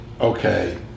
okay